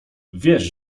wiesz